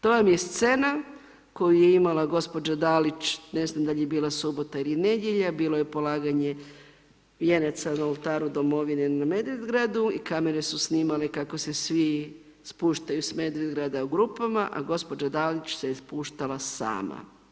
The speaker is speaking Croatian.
To vam je scena koju je imala gospođa Dalić, ne znam da li je bila subota ili nedjelja, bilo je polaganje vijenaca na Oltaru domovine na Medvedgradu i kamere su snimale kako se svi spuštaju s Medvedgrada u grupama, a gospođa Dalić se je spuštala sama.